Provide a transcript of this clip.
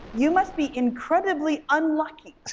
you must be incredibly unlucky